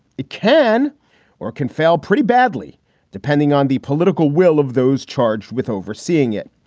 it can or can fail pretty badly depending on the political will of those charged with overseeing it.